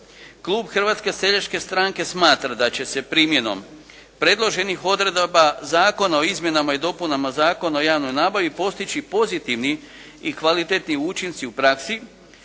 klub Hrvatske seljačke stranke smatra da će se primjenom predloženih odredaba Zakona o izmjenama i dopunama Zakona o javnoj nabavi postići pozitivni i kvalitetni učinci u praksi,